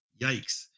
yikes